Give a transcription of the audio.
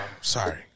Sorry